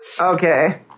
Okay